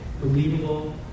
believable